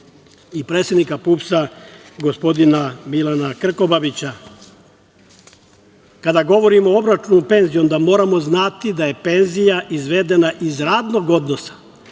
i predsednika PUPS, gospodina Milana Krkobabića. Kada govorimo o obračunu penzija, onda moramo znati da je penzija izvedena iz radnog odnosa,